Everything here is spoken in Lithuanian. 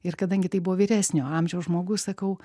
ir kadangi tai buvo vyresnio amžiaus žmogus sakau